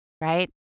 right